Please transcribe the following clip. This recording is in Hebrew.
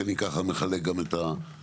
כי אני ככה מחלק גם את הזמן.